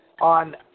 on